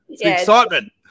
excitement